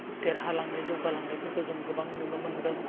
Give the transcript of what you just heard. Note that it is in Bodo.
देरहालांनाय जौगालांनायफोरखौ जों गोबां नुनो मोन्दों